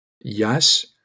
Yes